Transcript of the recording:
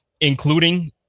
including